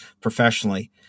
professionally